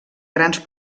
grans